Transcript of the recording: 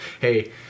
Hey